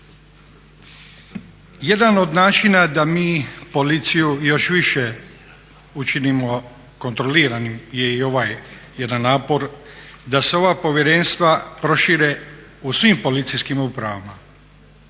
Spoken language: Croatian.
Jedan od načina da mi policiju još više učinimo kontroliranim je i ovaj jedan napor da se ova povjerenstva prošire u svim policijskim upravama.